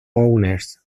owners